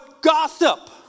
gossip